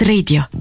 Radio